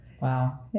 Wow